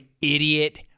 idiot